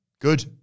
Good